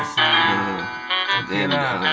ah I see okay lah